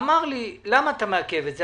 שאל אותי למה אני מעכב את זה.